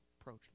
approach